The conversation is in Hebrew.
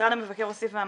משרד המבקר הוסיף ואמר,